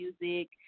Music